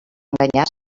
enganyar